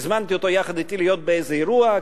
הזמנתי אותו יחד אתי להיות באיזה אירוע,